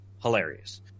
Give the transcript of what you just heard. Hilarious